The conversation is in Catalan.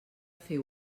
fer